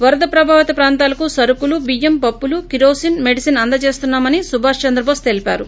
వరద ప్రభావిత ప్రాంతాలకు సరుకులు బియ్యం పప్పులు కిరోసన్ మెడిసిన్ అందజేస్తున్నా మని సుభాష్ చంద్రటోస్ తెలిపారు